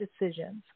decisions